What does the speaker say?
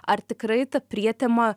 ar tikrai ta prietema